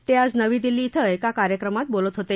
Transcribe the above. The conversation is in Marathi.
ते आज नवी दिल्ली धिं एका कार्यक्रमात बोलत होते